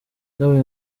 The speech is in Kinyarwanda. byabaye